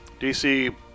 DC